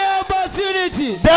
opportunities